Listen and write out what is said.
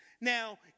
Now